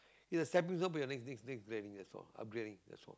is a stepping stone for your next next next grading that's all upgrading that's all